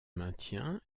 maintient